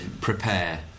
Prepare